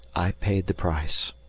i paid the price.